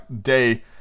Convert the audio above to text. day